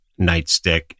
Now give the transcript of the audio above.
nightstick